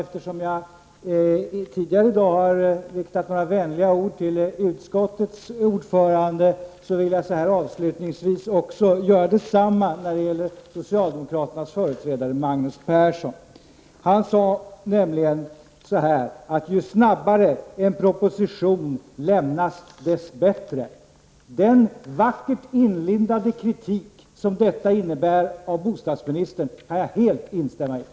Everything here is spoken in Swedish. Eftersom jag tidigare har riktat några vänliga ord till utskottets ordförande, vill jag avslutningsvis göra detsamma när det gäller socialdemokraternas företrädare Magnus Persson. Han sade så här: Ju snabbare en proposition lämnas, desto bättre. Den vackert inlindade kritik som detta innebär av bostadsministern kan jag helt instämma i.